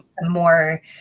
more